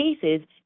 cases